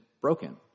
broken